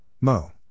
Mo